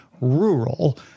rural